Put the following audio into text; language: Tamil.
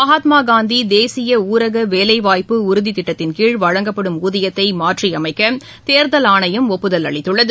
மகாத்மாகாந்திதேசியஊரகவேலைவாய்ப்பு உறுதிதிட்டத்தின் கீழ் வழங்கப்படும் ஊதியத்தைமாற்றியமைக்கதேர்தல் ஆணையம் ஒப்புதல் அளித்துள்ளது